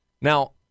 Now